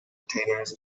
entertainers